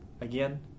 Again